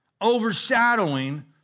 overshadowing